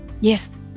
yes